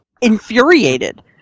infuriated